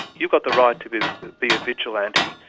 you've got the right to be be a vigilante,